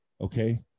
Okay